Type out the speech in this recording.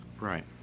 right